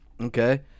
okay